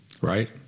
right